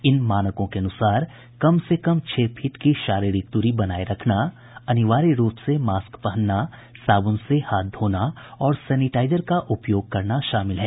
इन मानकों के अनुसार कम से कम छह फीट की शारीरिक दूरी बनाए रखना अनिवार्य रूप से मास्क पहनना साबून से हाथ धोना और सेनिटाइजर का उपयोग करना शामिल है